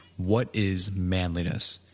what is manliness?